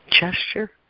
gesture